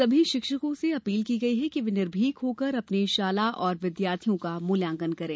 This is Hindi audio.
सभी शिक्षकों से अपील की है कि वे निर्भीक होकर अपनी शाला और विद्यार्थियों का मूल्याकंन करें